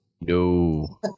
No